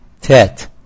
Tet